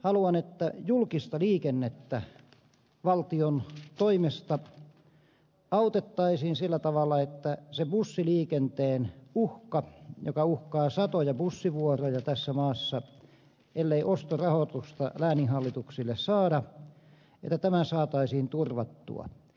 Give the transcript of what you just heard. haluan että julkista liikennettä valtion toimesta autettaisiin sillä tavalla että se bussiliikenteen uhka joka uhkaa satoja bussivuoroja tässä maassa ellei ostorahoitusta lääninhallituksille saada saataisiin torjuttua